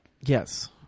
Yes